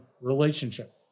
relationship